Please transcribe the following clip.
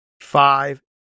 five